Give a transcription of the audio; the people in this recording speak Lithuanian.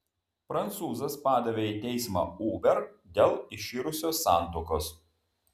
prancūzas padavė į teismą uber dėl iširusios santuokos